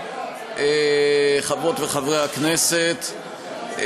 חברות וחברי הכנסת,